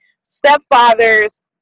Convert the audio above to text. stepfather's